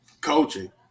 Coaching